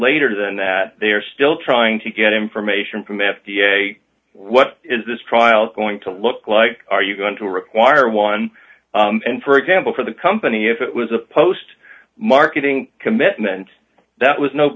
later than that they are still trying to get information from f d a what is this trial going to look like are you going to require one and for example for the company if it was a post marketing commitment that was no